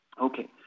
Okay